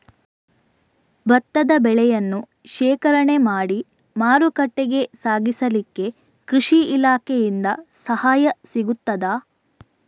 ಭತ್ತದ ಬೆಳೆಯನ್ನು ಶೇಖರಣೆ ಮಾಡಿ ಮಾರುಕಟ್ಟೆಗೆ ಸಾಗಿಸಲಿಕ್ಕೆ ಕೃಷಿ ಇಲಾಖೆಯಿಂದ ಸಹಾಯ ಸಿಗುತ್ತದಾ?